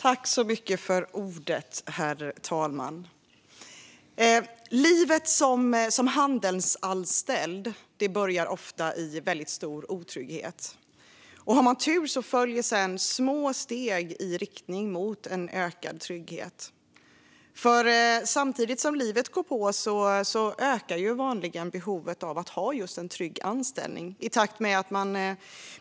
Herr talman! Livet som handelsanställd börjar ofta i stor otrygghet. Om man har tur följer sedan små steg i riktning mot ökad trygghet. För samtidigt som livet går på ökar vanligen behovet av trygg anställning i takt med att man